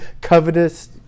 covetous